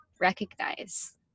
recognize